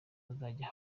azajya